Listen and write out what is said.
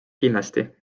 kindlasti